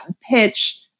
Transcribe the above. pitch